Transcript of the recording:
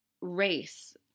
race